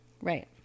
right